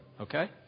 okay